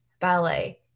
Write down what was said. ballet